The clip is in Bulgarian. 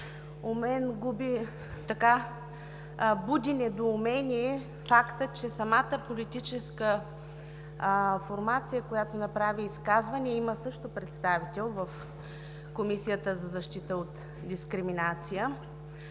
мен буди недоумение фактът, че самата политическа формация, която направи изказване, има също представител в Комисията за защита от дискриминация.